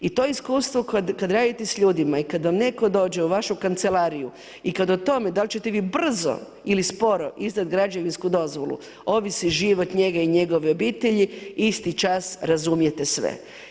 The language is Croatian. I to iskustvo kad radite s ljudima i kad vam netko dođe u vašu kancelariju i kad o tome da li ćete vi brzo ili sporo izdati građevinsku dozvolu ovisi život njega i njegove obitelji, isti čas razumijete sve.